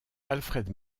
alfred